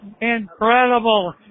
incredible